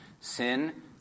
Sin